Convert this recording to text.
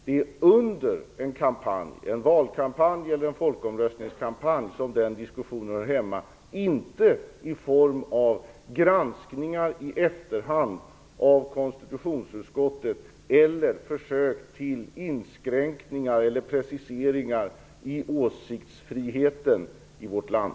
Det är i en kampanj - en valkampanj eller en folkomröstningskampanj - som den diskussionen hör hemma, inte i något som har formen av granskningar i efterhand av konstitutionsutskottet eller av försök till inskränkningar eller preciseringar i åsiktsfriheten i vårt land.